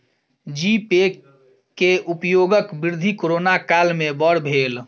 जी pay के उपयोगक वृद्धि कोरोना काल में बड़ भेल